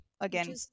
again